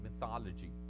mythology